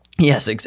Yes